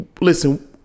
Listen